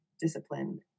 discipline